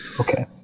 Okay